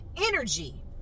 energy